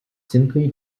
simply